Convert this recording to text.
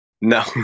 No